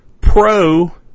pro